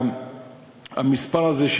המספר הזה,